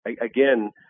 Again